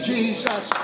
Jesus